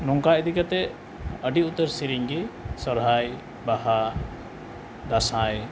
ᱱᱚᱝᱠᱟ ᱤᱫᱤ ᱠᱟᱛᱮ ᱟᱹᱰᱤ ᱩᱛᱟᱹᱨ ᱥᱮᱨᱮᱧ ᱜᱮ ᱥᱚᱨᱦᱟᱭ ᱵᱟᱦᱟ ᱫᱟᱸᱥᱟᱭ